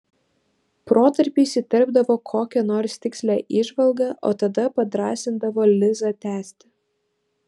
protarpiais įterpdavo kokią nors tikslią įžvalgą o tada padrąsindavo lizą tęsti